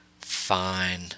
Fine